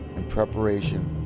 in preparation,